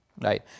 right